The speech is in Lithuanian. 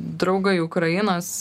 draugai ukrainos